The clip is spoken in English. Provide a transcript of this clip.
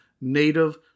native